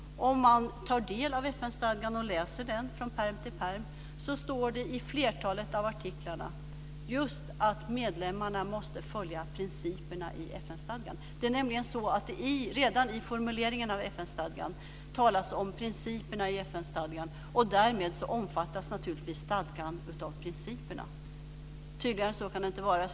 Om man tar del av FN-stadgan och läser den från pärm till pärm så står det i flertalet av artiklarna just att medlemmarna måste följa principerna i FN-stadgan. Det är nämligen så att det redan i formuleringen av FN stadgan talas om principerna i FN-stadgan, och därmed omfattas naturligtvis stadgan av principerna. Tydligare än så kan det inte vara.